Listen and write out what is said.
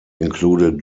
included